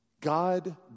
God